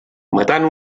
matant